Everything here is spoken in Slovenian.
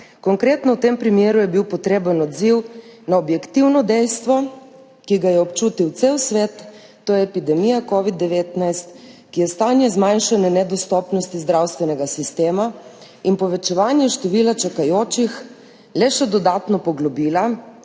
Konkretno v tem primeru je bil potreben odziv na objektivno dejstvo, ki ga je občutil cel svet, to je epidemija covida-19, ki je stanje zmanjšane dostopnosti zdravstvenega sistema in povečevanje števila čakajočih le še dodatno poglobila,